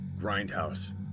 Grindhouse